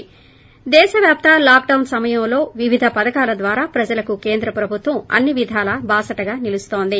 ి దేశ వ్యాప్త లాక్డొస్ సమయంలో వివిధ కేంద్ర పథకాల ద్వారా ప్రజలకు కేంద్ర ప్రభుత్వం అన్ని విధాలా బాసటగా నిలుస్తోంది